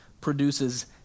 produces